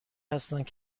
هستند